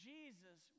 Jesus